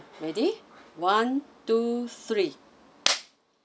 ready one two three